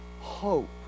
hope